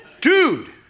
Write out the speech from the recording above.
Dude